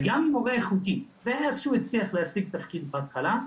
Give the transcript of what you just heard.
וגם אם מורה איכותי איך שהוא הצליח להשיג תפקיד בהתחלה,